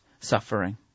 suffering